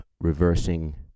reversing